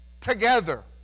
together